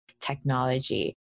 technology